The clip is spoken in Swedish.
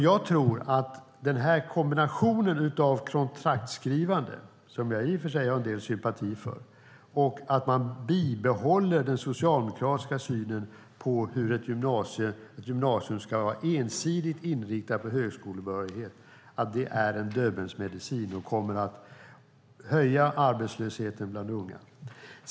Jag tror att kombinationen av kontraktsskrivande, som jag i och för sig har en del sympati för, och att man bibehåller den socialdemokratiska synen på hur ett gymnasium ska vara ensidigt inriktat på högskolebehörighet är en döbelnsmedicin som kommer att höja arbetslösheten bland unga.